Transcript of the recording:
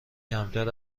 کمتر